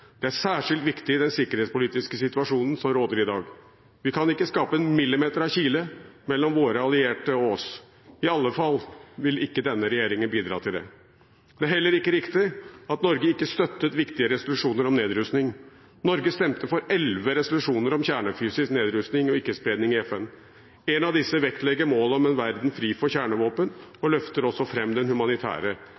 Det er særskilt viktig i den sikkerhetspolitiske situasjonen som råder i dag. Vi kan ikke skape en millimeter av kile mellom våre allierte og oss. I alle fall vil ikke denne regjeringen bidra til det. Det er heller ikke riktig at Norge ikke støttet viktige resolusjoner om nedrustning. Norge stemte for elleve resolusjoner om kjernefysisk nedrustning og ikke-spredning i FN. En av disse vektlegger målet om en verden fri for kjernevåpen, og løfter også fram den humanitære